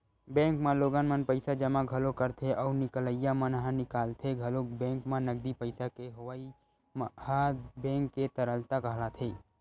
bank म लोगन मन पइसा जमा घलोक करथे अउ निकलइया मन ह निकालथे घलोक बेंक म नगदी पइसा के होवई ह बेंक के तरलता कहलाथे